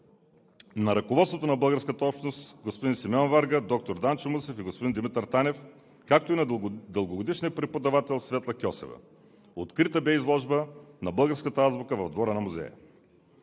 на ръководството на българската общност господин Симеон Варга, доктор Данчо Мусев и господин Димитър Танев, както и на дългогодишния преподавател Светла Кьосева. В двора на Музея бе открита изложба на българската азбука. Въпреки